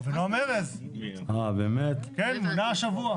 אבינועם ארז, הוא מונה השבוע.